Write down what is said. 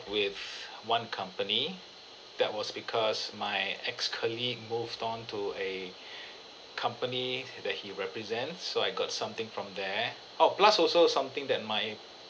with one company that was because my ex-colleague moved on to a company that he represents so I got something from there oh plus also something that my